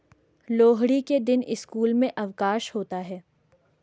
लोहड़ी के दिन स्कूल में अवकाश होता है